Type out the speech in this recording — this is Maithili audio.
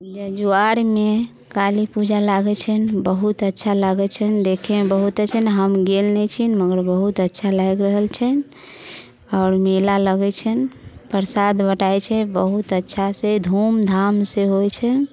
जजुवारमे काली पूजा लागै छनि बहुत अच्छा लागै छनि देखैमे बहुते छनि हम गेल नहि छी मगर बहुत अच्छा लागि रहल छनि आओर मेला लगै छनि प्रसाद बँटाय छै बहुत अच्छासँ धूम धामसँ होइ छनि